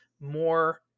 more